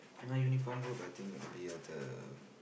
my uniform group I think will be the